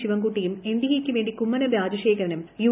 ശിവൻകുട്ടിയും എൻഡിഎയ്ക്ക് വേണ്ടി കുമ്മനം രാജശേഖരനും യു